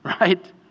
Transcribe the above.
Right